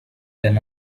than